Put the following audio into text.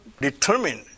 determined